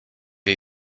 jej